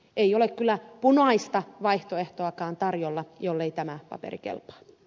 ei ole kyllä punaista vaihtoehtoakaan tarjolla jollei tämä paperi kelpaa